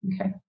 Okay